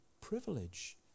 privilege